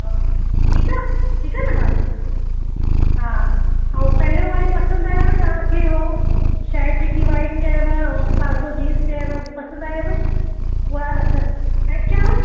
ठीकु आहे ठीकु आहे न भाभी हा ऐं पहिरियों वारी पसंदि आयव तव्हांखे उहो शट जेकी वाइट चयव ऐं कारगो जींस चयव उहो पसंदि आयव उहा स साइड कयांव